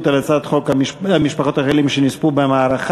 על הצעת חוק משפחות החיילים שנספו במערכה,